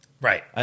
Right